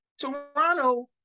Toronto